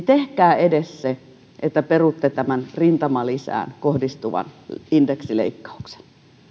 tehkää edes se että perutte tämän rintamalisään kohdistuvan indeksileikkauksen